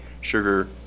Sugar